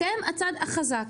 אתם הצד החזק.